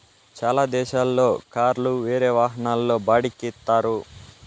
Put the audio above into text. చాలా దేశాల్లో కార్లు వేరే వాహనాల్లో బాడిక్కి ఇత్తారు